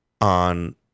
on